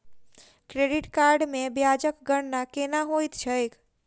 credit card मे ब्याजक गणना केना होइत छैक